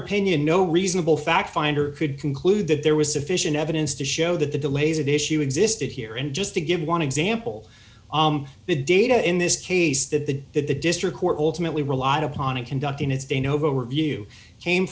opinion no reasonable fact finder could conclude that there was sufficient evidence to show that the delays at issue existed here and just to give one example the data in this case that the that the district court ultimately relied upon in conducting its de novo review came